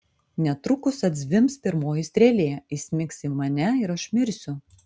netrukus atzvimbs pirmoji strėlė įsmigs į mane ir aš mirsiu